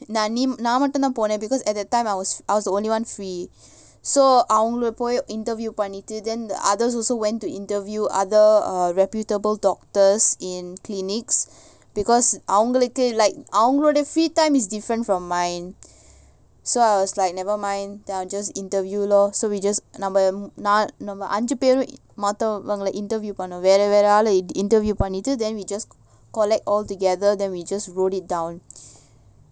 நான்மட்டும்தான்போனேன்:nan mattumthan ponen because at that time I was I was the only one free so அவங்களபொய்:avangala poi interview பண்ணிட்டு:pannitu then the others also went to interview other err reputable doctors in clinics because அவங்களுக்கு:avangaluku like அவங்களோட:avangaloda free time is different from mine so I was like never mind then I just interview lor so we just நம்மநான்நம்மஅஞ்சுபேருமத்தவங்க:namma nan namma anjuperuku maththavanga interview பண்ணனும்வேறவேறஆள:pannanum vera vera aala then we just collect altogether than we just wrote it down